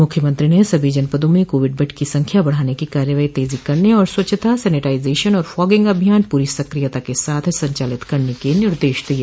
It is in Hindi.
मुख्यमंत्री ने सभी जनपदों में कोविड बेड की संख्या बढ़ाने की कार्यवाही तेजी से करने और स्वच्छता सेनेटाइजेशन और फागिंग अभियान पूरी सक्रियता के साथ संचालित करने के निर्देश दिये